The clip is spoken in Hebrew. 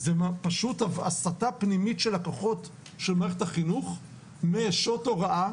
זה פשוט הסתה פנימית של הכוחות של מערכת החינוך משעות הוראה,